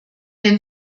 den